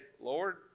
Lord